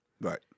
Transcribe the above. Right